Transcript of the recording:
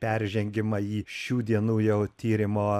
peržengimą į šių dienų jau tyrimo